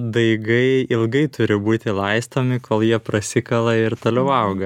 daigai ilgai turi būti laistomi kol jie prasikala ir toliau auga